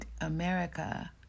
America